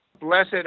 blessed